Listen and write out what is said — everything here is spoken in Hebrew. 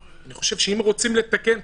אני חושב שאם רוצים לתקן,